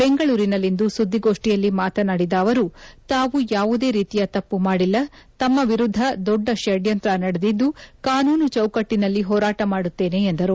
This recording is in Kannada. ಬೆಂಗಳೂರಿನಲ್ಲಿಂದು ಸುದ್ದಿಗೋಷ್ಠಿಯಲ್ಲಿ ಮಾತನಾಡಿದ ಅವರು ತಾವು ಯಾವುದೇ ರೀತಿಯ ತಪ್ಪು ಮಾಡಿಲ್ಲ ತಮ್ಮ ವಿರುದ್ದ ದೊಡ್ಡ ಷಡ್ಯಂತ್ರ ನಡೆದಿದ್ದು ಕಾನೂನು ಚೌಕಟ್ಟಿನಲ್ಲಿ ಹೋರಾಟ ಮಾಡುತ್ತೇನೆ ಎಂದರು